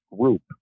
group